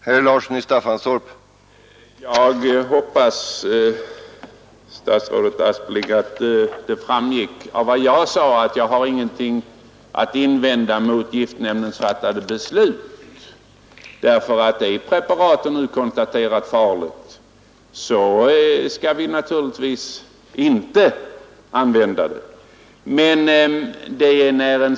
Herr talman! Jag hoppas, statsrådet Aspling, att det framgick av vad jag sade att jag inte har någonting att invända mot giftnämndens fattade beslut, därför att om preparatet konstaterats vara farligt skall vi naturligtvis inte använda det.